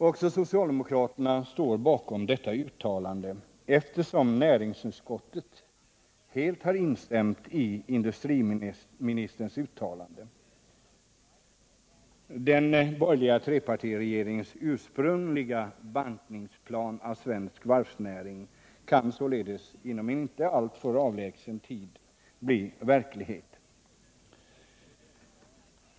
Också socialdemokraterna står bakom detta uttalande, eftersom näringsutskottet helt har instämt i industriministerns uttalande. Den borgerliga trepartiregeringens ursprungliga bantningsplan för svensk varvsnäring kan således inom en inte alltför avlägsen tid bli verklighet.